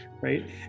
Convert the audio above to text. right